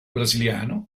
brasiliano